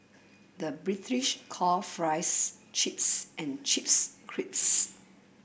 the British call fries chips and chips crisps